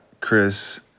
Chris